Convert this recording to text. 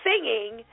singing